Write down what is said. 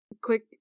quick